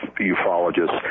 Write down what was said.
ufologists